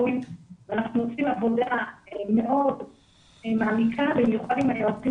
אנחנו עושים עבודה מאוד מעמיקה במיוחד עם היועצים